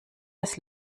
dass